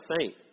saint